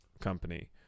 company